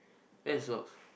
where is socks